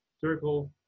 circle